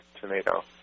tomato